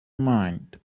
mind